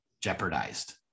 jeopardized